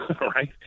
right